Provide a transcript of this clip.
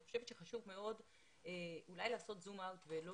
אני חושבת שחשוב מאוד אולי לעשות זום אאוט ולא